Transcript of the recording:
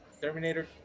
terminator